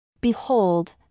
Behold